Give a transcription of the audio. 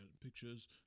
pictures